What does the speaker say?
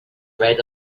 read